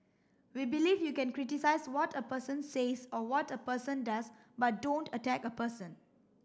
we believe you can criticise what a person says or what a person does but don't attack a person